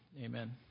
Amen